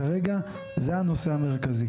כרגע זה הנושא המרכזי.